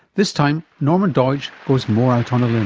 this time norman doidge was more out on a limb.